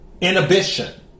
Inhibition